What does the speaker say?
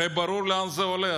הרי ברור לאן זה הולך.